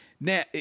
now